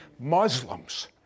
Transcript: Muslims